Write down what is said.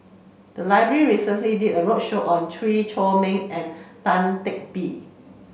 the library recently did a roadshow on Chew Chor Meng and Ang Teck Bee